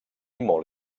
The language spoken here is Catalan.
molt